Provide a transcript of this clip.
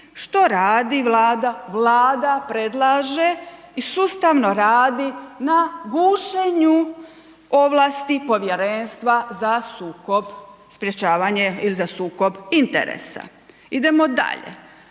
što radi Vlada?, Vlada predlaže i sustavno radi na gušenju ovlasti Povjerenstva za sukob sprječavanje ili za sukob interesa. Idemo dalje,